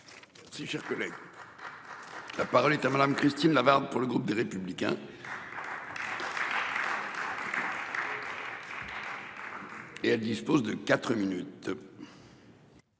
Si cher collègue. La parole est à madame Christine Lavarde. Pour le groupe des Républicains. Et elle dispose de 4 minutes.